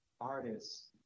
artists